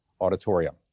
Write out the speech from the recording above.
Auditorium